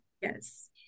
Yes